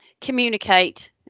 communicate